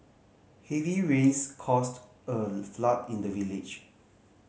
heavy rains caused a flood in the village